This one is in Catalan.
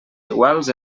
iguals